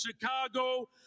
Chicago